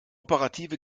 operative